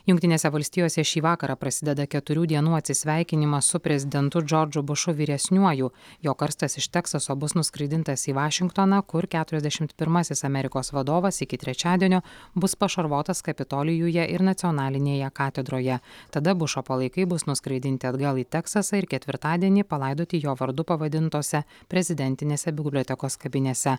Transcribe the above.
jungtinėse valstijose šį vakarą prasideda keturių dienų atsisveikinimas su prezidentu džordžu bušu vyresniuoju jo karstas iš teksaso bus nuskraidintas į vašingtoną kur keturiasdešimt pirmasis amerikos vadovas iki trečiadienio bus pašarvotas kapitolijuje ir nacionalinėje katedroje tada bušo palaikai bus nuskraidinti atgal į teksasą ir ketvirtadienį palaidoti jo vardu pavadintose prezidentinėse bibliotekos kapinėse